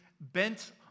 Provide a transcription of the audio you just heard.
bent